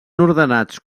ordenats